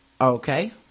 Okay